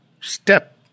step